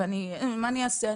ומה אני אעשה,